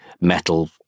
metal